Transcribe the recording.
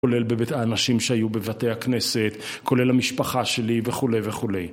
כולל בבית האנשים שהיו בבתי הכנסת, כולל המשפחה שלי וכולי וכולי